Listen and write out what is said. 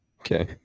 Okay